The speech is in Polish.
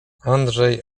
andrzej